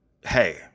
hey